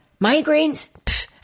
Migraines